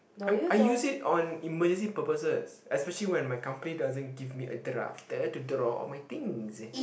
I I use it on emergency purposes especially when my company doesn't give me a drafter to draw all my things